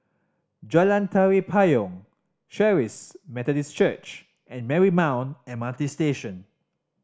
Jalan Tari Payong Charis Methodist Church and Marymount M R T Station